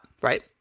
right